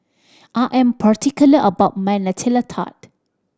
I am particular about my Nutella Tart